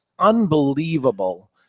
unbelievable